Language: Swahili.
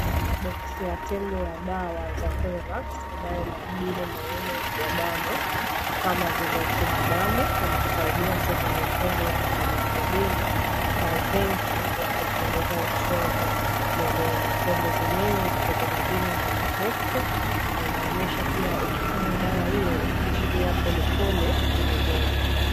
Box ya tembe ya dawa za 'ferax' inayoadhiri umuhimu ya damu kama vile chuma damu yakusaidia sehemu nyekundu na himoglobini na zinki ya kupunguza uchungu mwilini. Tembe zenyewe ziko thelathini ndani ya box na inaonyesha pia ukikunywa dawa hiyo inaachiliwa pole pole kwenye mwili.